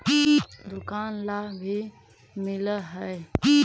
दुकान ला भी मिलहै?